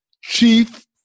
chief